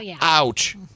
ouch